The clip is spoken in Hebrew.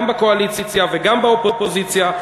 גם בקואליציה וגם באופוזיציה.